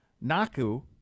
Naku